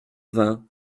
vingt